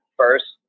first